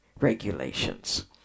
regulations